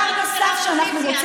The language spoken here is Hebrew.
דבר נוסף שאנחנו,